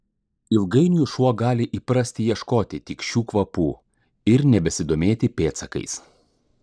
ilgainiui šuo gali įprasti ieškoti tik šių kvapų ir nebesidomėti pėdsakais